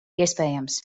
iespējams